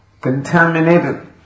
contaminated